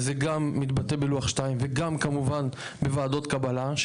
וזה גם מתבטא בלוח שתיים וגם כמובן בוועדות קבלה.